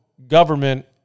Government